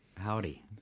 Howdy